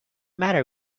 matter